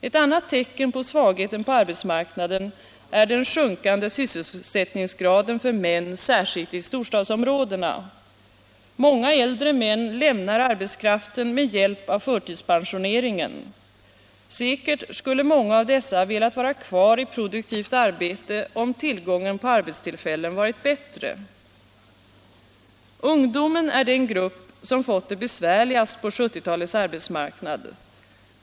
Ett annat tecken på svagheten på arbetsmarknaden är den sjunkande sysselsättningsgraden för män, särskilt i storstadsområdena. Många äldre män lämnar arbetslivet med hjälp av förtidspensioneringen. Säkert skulle många av dessa velat vara kvar i produktivt arbete, om tillgången på arbetstillfällen varit bättre. Ungdomen är den grupp som fått det besvärligast på 1970-talets arbetsmarknad.